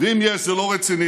ואם יש זה לא רציני,